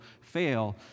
fail